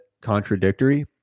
contradictory